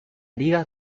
liga